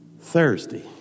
Thursday